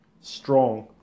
strong